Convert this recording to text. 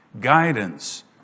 guidance